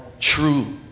true